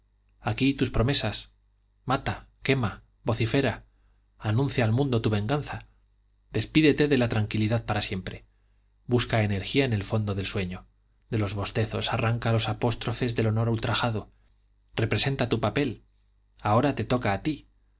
aquí de tus promesas mata quema vocifera anuncia al mundo tu venganza despídete de la tranquilidad para siempre busca energía en el fondo del sueño de los bostezos arranca los apóstrofes del honor ultrajado representa tu papel ahora te toca a ti